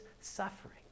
suffering